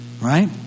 Right